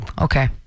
Okay